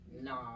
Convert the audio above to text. no